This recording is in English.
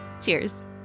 Cheers